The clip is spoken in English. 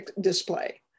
display